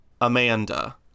Amanda